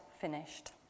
finished